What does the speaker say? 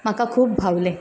म्हाका खूब भावलें